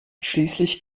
schließlich